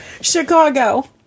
chicago